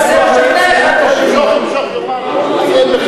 אז במקום למשוך יאמר: זה מחטף,